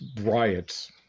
riots